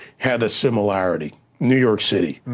had a similarity, new york city.